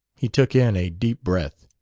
he took in a deep breath.